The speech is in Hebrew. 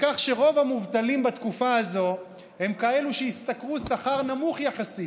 מכך שרוב המובטלים בתקופה הזאת הם כאלה שהשתכרו שכר נמוך יחסית,